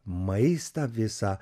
maistą visą